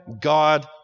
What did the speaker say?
God